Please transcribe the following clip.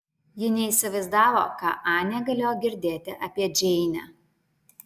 ji neįsivaizdavo ką anė galėjo girdėti apie džeinę